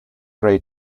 grey